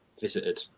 visited